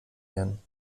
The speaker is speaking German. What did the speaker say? werden